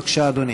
בבקשה, אדוני.